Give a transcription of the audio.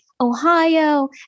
Ohio